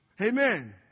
Amen